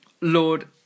Lord